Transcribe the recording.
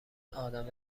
آدم